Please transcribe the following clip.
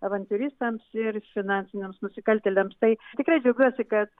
avantiūristams ir finansiniams nusikaltėliams tai tikrai džiaugiuosi kad